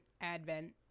Advent